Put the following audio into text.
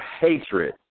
hatred